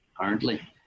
currently